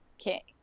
Okay